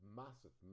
massive